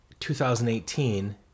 2018